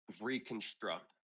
reconstruct